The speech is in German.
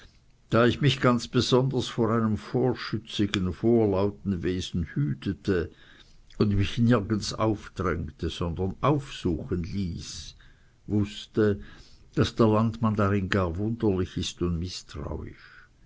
da ich mich ganz besonders vor einem vorschützigen vorlauten wesen hütete und mich nirgends aufdrängte sondern aufsuchen ließ wußte daß der landmann darin gar wunderlich ist und mißtrauisch